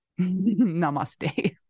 Namaste